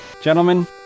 gentlemen